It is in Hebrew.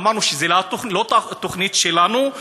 אמרנו שזו לא תוכנית שלנו,